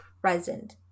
present